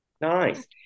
Nice